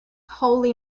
holy